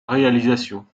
réalisation